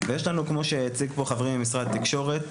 ויש לנו כמו שהציג פה חברי ממשרד התקשורת,